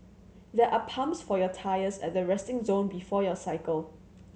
there are pumps for your tyres at the resting zone before your cycle